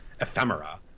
ephemera